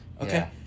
Okay